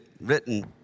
written